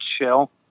chill